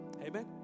Amen